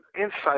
insight